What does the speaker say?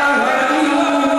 מה אתה אומר?